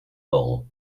ball